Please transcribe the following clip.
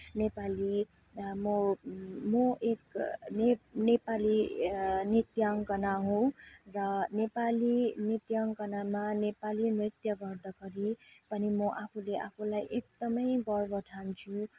नेपाली म म एक नेप नेपाली नृत्याङ्गना हो र नेपाली नृत्याङ्गनामा नेपाली नृत्य गर्दाखेरि पनि म आफुले आफुलाई एकदमै गर्व ठान्छु